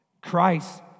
Christ